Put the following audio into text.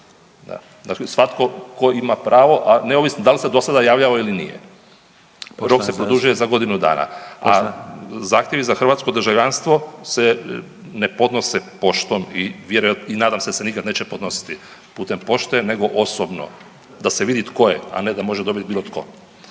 Dakle, svatko tko ima pravo, a neovisno da li se do sada javljao ili nije, rok se produžuje za godinu dana. A zahtjevi za hrvatsko državljanstvo se ne podnose poštom i nadam se da se nikad neće podnositi putem pošte nego osobno da se vidi tko je, a ne da može dobit bilo tko.